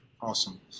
Awesome